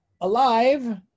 alive